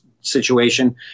situation